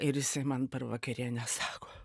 ir jis man per vakarienę sako